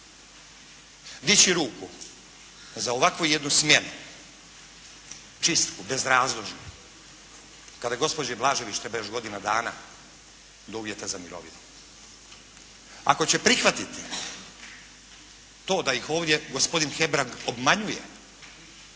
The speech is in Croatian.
dići ruku za ovakvu jednu smjenu, čistku, bezrazložnu, kada gospođi Blažević treba još godina dana do uvjeta za mirovinu. Ako će prihvatiti to da ih ovdje gospodin Hebrang obmanjuje